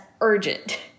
urgent